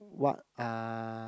what are